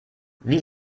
wie